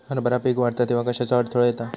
हरभरा पीक वाढता तेव्हा कश्याचो अडथलो येता?